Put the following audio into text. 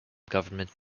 government